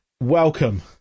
Welcome